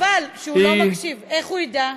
חבל שהוא לא מקשיב, איך הוא ידע?